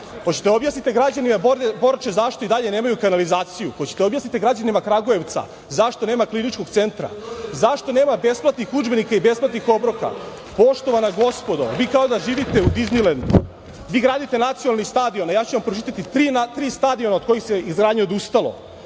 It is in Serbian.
Hoćete li da objasnite građanima Borče zašto i dalje nemaju kanalizaciju? Hoćete li da objasnite građanima Kragujevca zašto nema kliničkog centra? Zašto nema besplatnih udžbenika i besplatnih obroka? Poštovana gospodo, vi kao da živite u Diznilendu. Vi gradite nacionalni stadion, a ja ću vam pročitati tri stadiona kod kojih se od izgradnje odustalo.